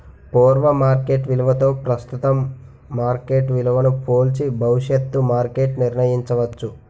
పూర్వ మార్కెట్ విలువతో ప్రస్తుతం మార్కెట్ విలువను పోల్చి భవిష్యత్తు మార్కెట్ నిర్ణయించవచ్చు